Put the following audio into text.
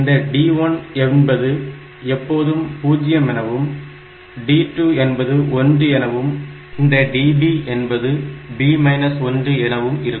இந்த d1 என்பது எப்போதும் 0 எனவும் d2 என்பது 1 எனவும் இந்த db என்பது b 1 எனவும் இருக்கும்